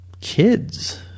kids